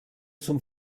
zum